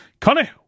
Connie